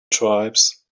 tribes